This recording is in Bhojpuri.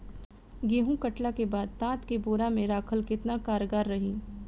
गेंहू कटला के बाद तात के बोरा मे राखल केतना कारगर रही?